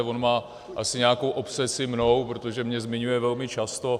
On má asi nějakou obsesi mnou, protože mě zmiňuje velmi často.